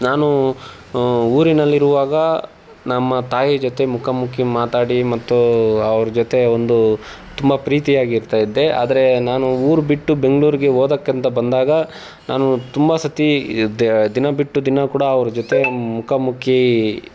ನಾನು ಊರಿನಲ್ಲಿರುವಾಗ ನಮ್ಮ ತಾಯಿ ಜೊತೆ ಮುಖಾಮುಖಿ ಮಾತಾಡಿ ಮತ್ತು ಅವ್ರ ಜೊತೆ ಒಂದು ತುಂಬ ಪ್ರೀತಿಯಾಗಿ ಇರ್ತಾಯಿದ್ದೆ ಆದರೆ ನಾನು ಊರು ಬಿಟ್ಟು ಬೆಂಗ್ಳೂರಿಗೆ ಓದೋಕ್ಕಂತ ಬಂದಾಗ ನಾನು ತುಂಬ ಸತೀ ದಿನ ಬಿಟ್ಟು ದಿನ ಕೂಡ ಅವ್ರ ಜೊತೆ ಮುಖಾಮುಖಿ